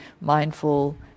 mindful